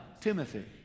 Timothy